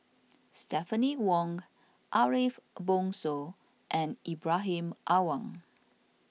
Stephanie Wong Ariff Bongso and Ibrahim Awang